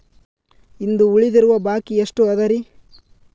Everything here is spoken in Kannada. ಇಂದು ಉಳಿದಿರುವ ಬಾಕಿ ಎಷ್ಟು ಅದರಿ?